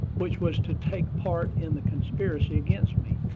which was to take part in the conspiracy against me,